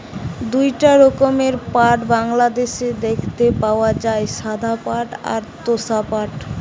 দুইটা রকমের পাট বাংলাদেশে দেখতে পাওয়া যায়, সাদা পাট আর তোষা পাট